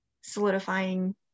solidifying